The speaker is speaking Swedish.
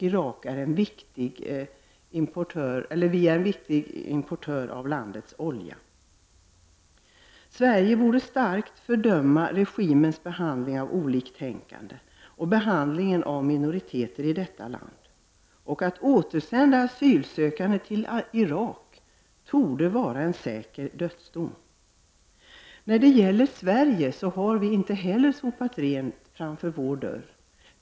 Irak är en viktig exportör av olja till Sverige. Sverige borde starkt fördöma regimens behandling av oliktänkande och av minoriteter i landet. Att återsända asylsökande till Irak torde vara att sända dem till en säker dödsdom. I Sverige har vi inte heller sopat rent framför vår egen dörr.